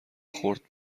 خورد